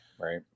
right